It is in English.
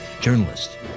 journalist